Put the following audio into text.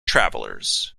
travellers